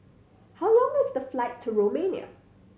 how long is the flight to Romania